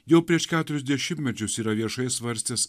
jau prieš keturis dešimtmečius yra viešai svarstęs